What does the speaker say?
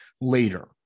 later